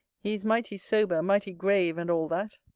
he is mighty sober, mighty grave, and all that.